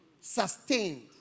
sustained